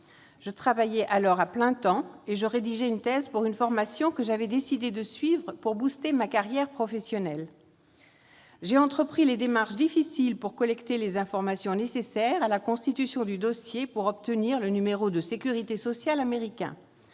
Je travaillais alors à plein temps et je rédigeais une thèse pour une formation que j'avais décidé de suivre pour ma carrière professionnelle. [...]« J'ai entrepris les démarches difficiles pour collecter les informations nécessaires à la constitution du dossier pour obtenir le numéro de sécurité sociale américain.